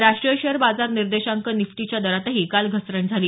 राष्ट्रीय शेअर बाजार निर्देशांक निफ्टीच्या दरातही काल घसरण झाली